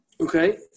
Okay